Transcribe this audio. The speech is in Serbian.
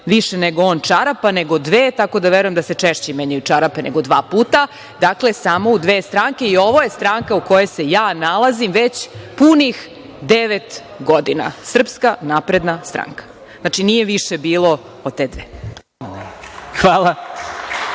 više nego on čarapa, nego dve, tako da verujem da se češće menjaju čarape nego dva puta. Dakle, samo u dve stranke i ovo je stranka u kojoj se ja nalazim već punih devet godina, SNS. Znači, nije više bilo od te dve.